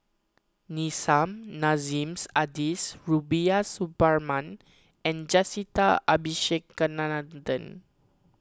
Nissim Nassim Adis Rubiah Suparman and Jacintha Abisheganaden